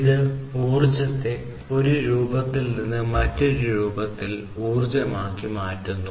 ഇത് ഊർജ്ജത്തെ ഒരു രൂപത്തിൽ നിന്ന് മറ്റൊരു രൂപത്തിൽ ഊർജ്ജമാക്കി മാറ്റുന്നു